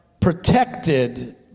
protected